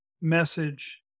message